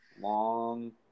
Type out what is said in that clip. Long